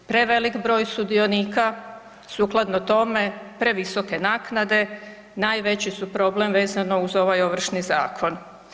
Prevelik broj sudionika sukladno tome, previsoke naknade, najveći su problem vezano uz ovaj Ovršni zakon.